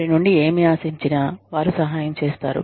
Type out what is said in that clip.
వారి నుండి ఏమి ఆశించినా వారు సహాయం చేస్తారు